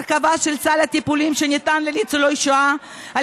הרחבה של סל הטיפולים שניתן לניצולי שואה על